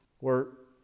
work